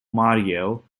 mario